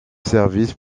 services